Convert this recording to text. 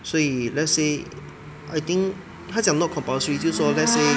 所以 let's say I think 他讲 not compulsory 就是说 let's say